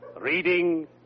Reading